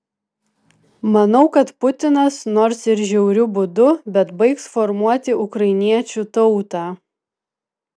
manau kad putinas nors ir žiauriu būdu bet baigs formuoti ukrainiečių tautą